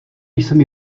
jsem